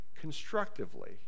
constructively